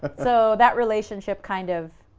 but so, that relationship kind of,